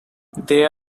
they